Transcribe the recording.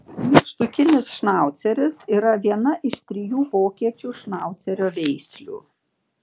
nykštukinis šnauceris yra viena iš trijų vokiečių šnaucerio veislių